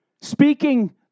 Speaking